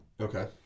okay